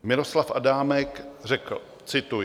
Miroslav Adámek řekl cituji: